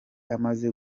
amaze